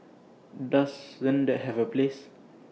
doesn't that have A place